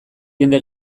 jende